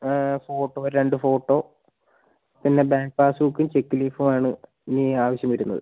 photo രണ്ട് photo പിന്നെ bank പാസ്ബുക്കും ചെക്ക് ലീഫും ആണ് ഈ ആവശ്യം വരുന്നത്